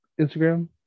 Instagram